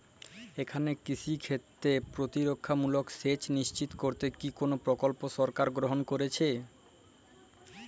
এখানে কৃষিক্ষেত্রে প্রতিরক্ষামূলক সেচ নিশ্চিত করতে কি কোনো প্রকল্প সরকার গ্রহন করেছে?